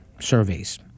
surveys